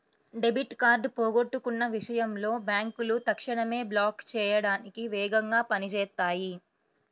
debit card పోగొట్టుకున్న విషయంలో బ్యేంకులు తక్షణమే బ్లాక్ చేయడానికి వేగంగా పని చేత్తాయి